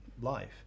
life